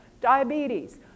diabetes